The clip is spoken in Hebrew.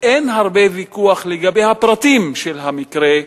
אין הרבה ויכוח לגבי הפרטים של המקרה,